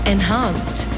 enhanced